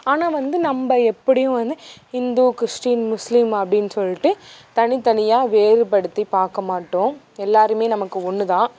ஆனால் வந்து நம்ம எப்படியும் வந்து இந்து கிறிஸ்ட்டின் முஸ்லீம் அப்படின்னு சொல்லிட்டு தனித்தனியாக வேறுபடுத்தி பார்க்கமாட்டோம் எல்லாருமே நமக்கு ஒன்று தான்